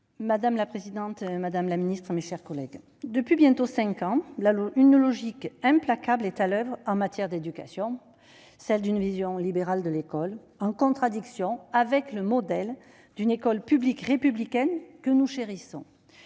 Madame la présidente, madame la secrétaire d'État, mes chers collègues, depuis bientôt cinq ans, une logique implacable est à l'oeuvre en matière d'éducation : celle d'une vision libérale de l'école, en contradiction avec le modèle de l'école publique républicaine que nous chérissons.